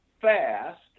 fast